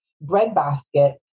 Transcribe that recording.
breadbasket